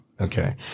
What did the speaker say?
Okay